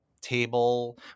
table